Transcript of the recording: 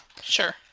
Sure